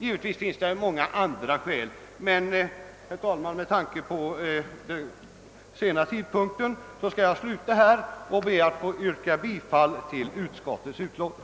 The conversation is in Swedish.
Givetvis finns många andra skäl härtill, men, herr talman, med tanke på den sena tidpunkten skall jag sluta med att be att få yrka bifall till utskottets hemställan.